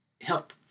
help